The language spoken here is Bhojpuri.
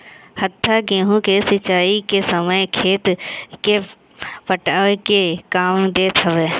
हत्था गेंहू के सिंचाई के समय खेत के पटावे के काम देत हवे